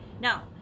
Now